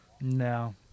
No